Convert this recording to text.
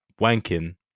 wanking